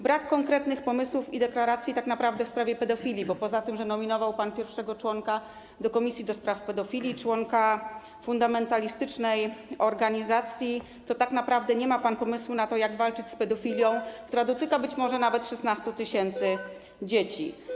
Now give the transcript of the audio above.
Brak jest konkretnych pomysłów i deklaracji w sprawie pedofilii, bo poza tym, że nominował pan na pierwszego członka komisji do spraw pedofilii członka fundamentalistycznej organizacji, to tak naprawdę nie ma pan pomysłu na to, jak walczyć z pedofilią, która dotyka być może nawet 16 tys. dzieci.